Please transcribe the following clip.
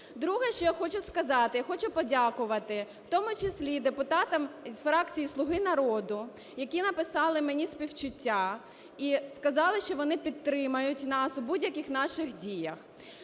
Друге, що я хочу сказати. Я хочу подякувати, в тому числі депутатам з фракції ""Слуги народу", які написали мені співчуття, і сказали, що вони підтримають нас в будь-яких наших діях.